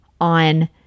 on